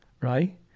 Right